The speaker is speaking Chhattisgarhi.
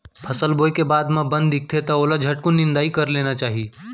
फसल बोए के बाद म बन दिखथे त ओला झटकुन निंदाई कर लेना चाही